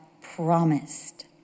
promised